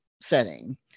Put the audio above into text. setting